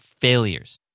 failures